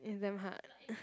is damn hard